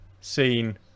seen